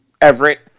Everett